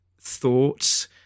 thoughts